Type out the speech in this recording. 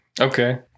Okay